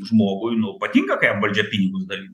žmogui nu patinka kai jam valdžia pinigus dalina